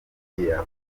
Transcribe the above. kongera